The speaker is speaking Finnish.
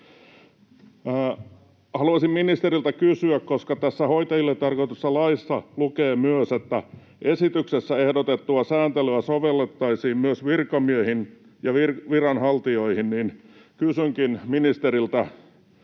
Haluaisin ministeriltä kysyä, koska tässä hoitajille tarkoitetussa laissa lukee myös, että ”esityksessä ehdotettua sääntelyä sovellettaisiin myös virkamiehiin ja viranhaltijoihin”. Kysynkin ministeriltä: